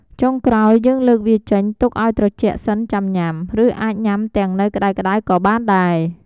ចុងក្រោយយើងលើកវាចេញទុកឱ្យត្រជាក់សិនចាំញ៉ាំ ឬអាចញ៉ាំទាំងនៅក្ដៅៗក៏បានដែរ។